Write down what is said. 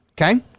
Okay